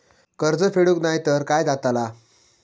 कर्ज फेडूक नाय तर काय जाताला?